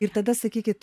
ir tada sakykit